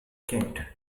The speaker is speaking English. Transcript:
kent